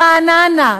ברעננה,